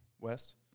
West